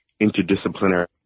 interdisciplinary